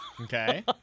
Okay